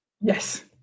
Yes